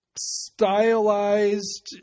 Stylized